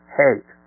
hate